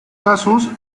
casos